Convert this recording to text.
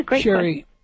Sherry